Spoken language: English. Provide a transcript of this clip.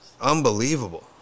unbelievable